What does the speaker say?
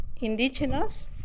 indigenous